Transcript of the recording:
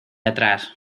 atrás